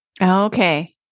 Okay